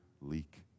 leak